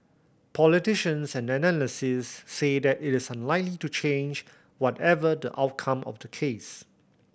politicians and analysts says say that is unlikely to change whatever the outcome of the case